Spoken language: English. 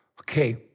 Okay